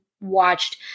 watched